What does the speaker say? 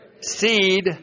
seed